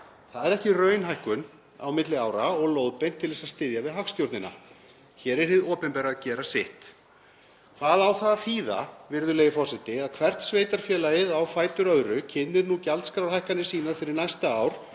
Það er ekki raunhækkun á milli ára og lóðbeint til að styðja við hagstjórnina. Hér er hið opinbera að gera sitt. Hvað á það að þýða, virðulegi forseti, að hvert sveitarfélagið á fætur öðru kynni nú gjaldskrárhækkanir sínar fyrir næsta ár,